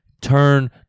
turn